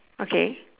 okay